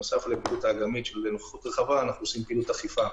בנוסף לפעילות האג"מית של נוכחות רחבה אנחנו עושים פעילות אכיפה.